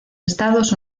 estados